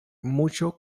muŝo